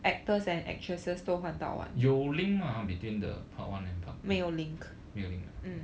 有 link mah between the part one and part two 没有 link liao ah